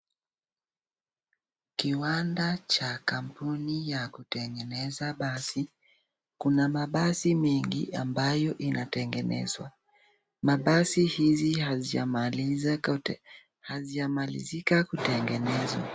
Kiwanda cha kampuni ya kutengeneza basi. Kuna mabasi amengi ambayo inatengenezwa. Mabasi hizi hazijamalizika kutengenezwa.